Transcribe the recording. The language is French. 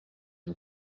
une